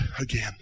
again